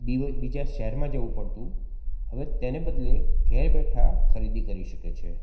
બીજા શહેરમાં જવું પડતું હવે તેને બદલે ઘેર બેઠાં ખરીદી કરી શકે છે